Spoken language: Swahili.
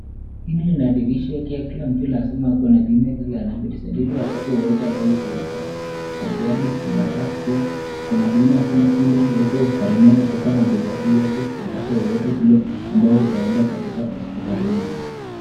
Hii inamanisha kuwa kila mtu anafaa kuwa na bima wakati ambayo unapata ajali bima hiyo inaweza saidia katika matibabu yako wakati wowote ule utaenda katika hospitalini.